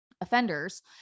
offenders